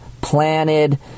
planted